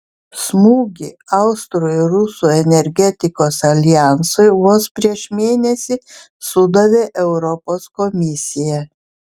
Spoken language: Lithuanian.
smūgį austrų ir rusų energetikos aljansui vos prieš mėnesį sudavė europos komisija